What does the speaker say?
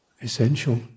essential